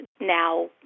now